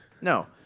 no